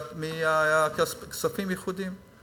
מהכספים הייחודיים.